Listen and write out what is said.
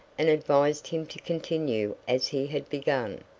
and advised him to continue as he had begun,